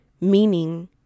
Meaning